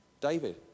David